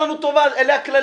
אני